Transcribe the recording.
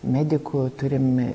medikų turime